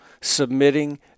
submitting